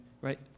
right